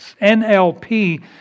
NLP